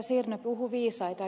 sirnö puhui viisaita